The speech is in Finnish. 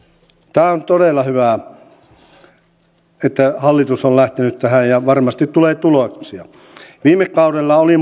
tämä on todella hyvä että hallitus on lähtenyt tähän ja varmasti tulee tuloksia viime kaudella oli